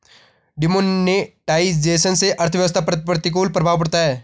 demonetisation से अर्थव्यवस्था पर प्रतिकूल प्रभाव पड़ता है